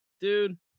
Dude